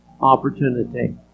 opportunity